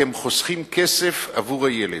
כי הם חוסכים כסף עבור הילד.